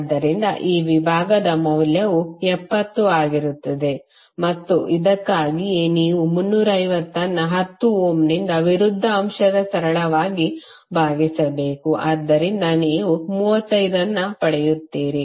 ಆದ್ದರಿಂದ ಈ ವಿಭಾಗದ ಮೌಲ್ಯವು 70 ಆಗಿರುತ್ತದೆ ಮತ್ತು ಇದಕ್ಕಾಗಿ ನೀವು 350 ಅನ್ನು 10 ಓಮ್ನ ವಿರುದ್ಧ ಅಂಶದಿಂದ ಸರಳವಾಗಿ ಭಾಗಿಸಬೇಕು ಆದ್ದರಿಂದ ನೀವು 35 ಅನ್ನು ಪಡೆಯುತ್ತೀರಿ